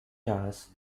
towers